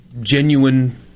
genuine